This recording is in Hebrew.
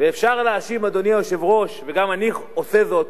ואפשר להאשים, אדוני היושב-ראש, וגם אני עושה זאת,